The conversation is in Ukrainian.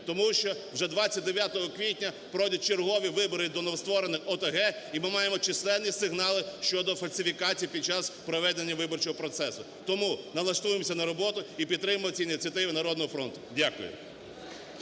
Тому що вже 29 квітня пройдуть чергові вибори до новостворених ОТГ, і ми маємо численні сигнали щодо фальсифікацій під час проведення виборчого процесу. Тому налаштуємося на роботу і підтримаємо ці ініціативи "Народного фронту". Дякую.